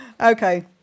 Okay